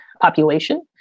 population